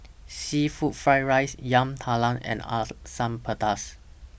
Seafood Fried Rice Yam Talam and Asam Pedas